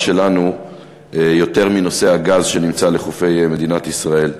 שלנו יותר מנושא הגז שנמצא לחופי מדינת ישראל.